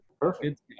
Perfect